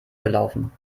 gelaufen